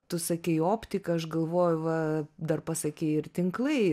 tu sakei optiką aš galvoju va dar pasakei ir tinklai